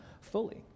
fully